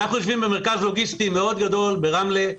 אנחנו יושבים במרכז לוגיסטי מאוד גדול ברמלה.